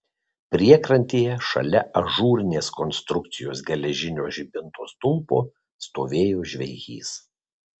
priekrantėje šalia ažūrinės konstrukcijos geležinio žibinto stulpo stovėjo žvejys